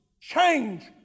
change